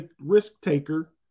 risk-taker